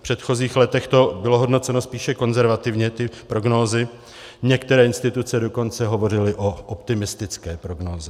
V předchozích letech to bylo hodnoceno spíše konzervativně, ty prognózy, některé instituce dokonce hovořily o optimistické prognóze.